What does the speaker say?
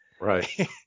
Right